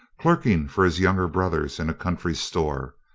clerking for his younger brothers in a country store,